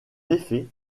effet